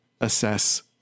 assess